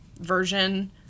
version